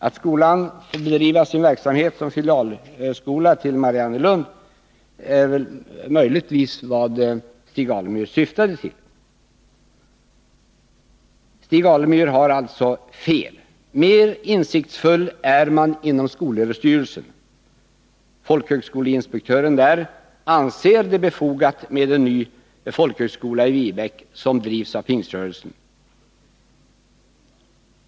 Att skolan skall fortsätta att bedriva sin verksamhet som filialskola till Mariannelunds folkhögskola är väl möjligtvis vad Stig Alemyr syftade på. I sak har Stig Alemyr fel. Mer insiktsfull är man inom skolöverstyrelsen. Folkhögskoleinspektören inom SÖ anser det befogat med en ny folkhögskola i Viebäck som drivs av Pingströrelsen.